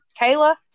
Kayla